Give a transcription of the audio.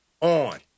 on